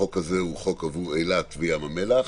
החוק הזה הוא חוק עבור אילת וים המלח,